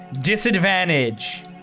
Disadvantage